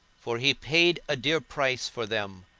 for he paid a dear price for them,